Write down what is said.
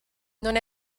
non